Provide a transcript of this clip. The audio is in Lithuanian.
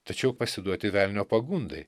tačiau pasiduoti velnio pagundai